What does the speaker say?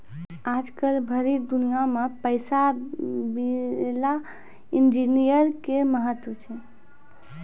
आजकल भरी दुनिया मे पैसा विला इन्जीनियर के महत्व छै